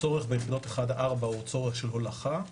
הצורך ביחידות 1-4 הוא צורך של הולכה.